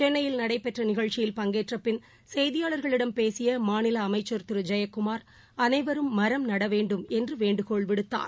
சென்னையில் நடைபெற்றநிகழ்ச்சியில் பங்கேற்றபின் செய்தியாளர்களிடம் பேசியமாநிலஅமைச்ச் திருஜெயக்குமார் அனைவரும் மரம் நட வேண்டும் என்றுவேண்டுகோள் விடுத்தார்